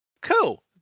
Cool